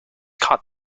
caught